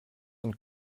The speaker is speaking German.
und